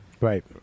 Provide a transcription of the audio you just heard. Right